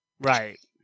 Right